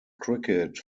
cricket